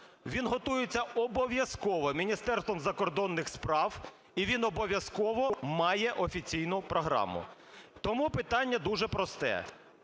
він готується обов'язково Міністерством закордонних справ, і він обов'язково має офіційну програму. Тому питання дуже просте.